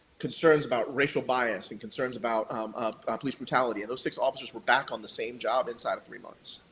concerns about racial bias and concerns about um ah police brutality, and those six officers were back on the same job inside of three months.